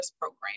Program